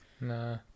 Nah